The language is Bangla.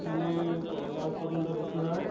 এখানে কয়লা উৎপাদনটা বেশি হয়